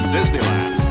Disneyland